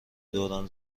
دوران